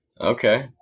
Okay